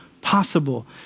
possible